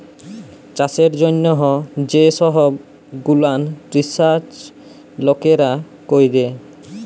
চাষের জ্যনহ যে সহব গুলান রিসাচ লকেরা ক্যরে